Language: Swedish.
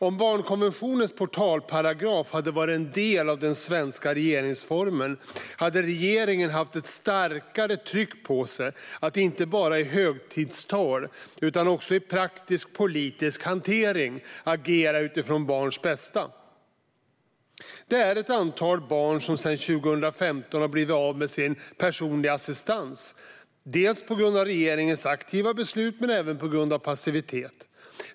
Om barnkonventionens portalparagraf hade varit en del av den svenska regeringsformen hade regeringen haft ett starkare tryck på sig att inte bara i högtidstal utan också i praktisk politisk hantering agera utifrån barns bästa. Ett antal barn har sedan 2015 blivit av med sin personliga assistans dels på grund av regeringens aktiva beslut, dels på grund av passivitet.